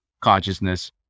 consciousness